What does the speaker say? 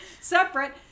separate